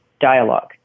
dialogue